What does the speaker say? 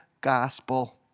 gospel